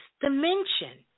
dimension